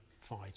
fight